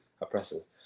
oppressors